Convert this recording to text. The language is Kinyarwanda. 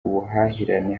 ubuhahirane